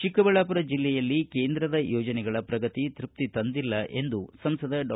ಚಿಕ್ಕಬಳ್ಳಾವುರ ಜಿಲ್ಲೆಯಲ್ಲಿ ಕೇಂದ್ರದ ಯೋಜನೆಗಳ ಪ್ರಗತಿ ತೃಪ್ತಿ ತಂದಿಲ್ಲ ಎಂದು ಸಂಸದ ಡಾ